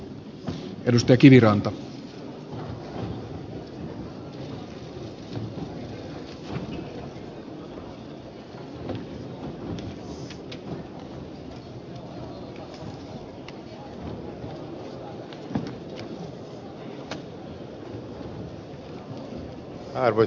arvoisa puhemies